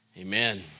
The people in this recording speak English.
Amen